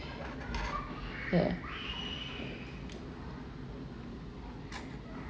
ya